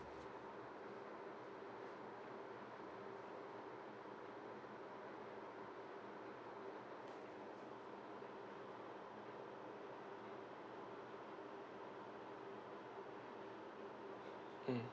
mm